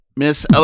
Miss